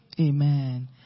amen